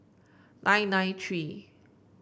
nine nine three